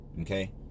Okay